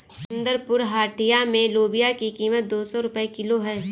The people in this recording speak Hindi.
सुंदरपुर हटिया में लोबिया की कीमत दो सौ रुपए किलो है